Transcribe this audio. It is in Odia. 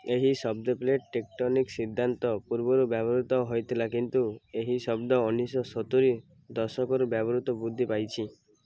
ଏହି ଶବ୍ଦ ପ୍ଲେଟ୍ ଟେକ୍ଟୋନିକ୍ ସିଦ୍ଧାନ୍ତ ପୂର୍ବରୁ ବ୍ୟବହୃତ ହୋଇଥିଲା କିନ୍ତୁ ଏହି ଶବ୍ଦ ଉଣେଇଶହ ସତୁରୀ ଦଶକରୁ ବ୍ୟବହାର ବୃଦ୍ଧି ପାଇଛି